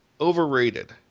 overrated